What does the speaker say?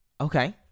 Okay